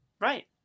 Right